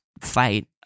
fight—